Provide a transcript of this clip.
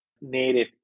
native